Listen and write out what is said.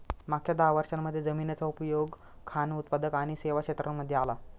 मागच्या दहा वर्षांमध्ये जमिनीचा उपयोग खान उत्पादक आणि सेवा क्षेत्रांमध्ये आला